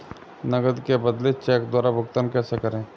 नकद के बदले चेक द्वारा भुगतान कैसे करें?